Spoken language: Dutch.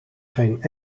geen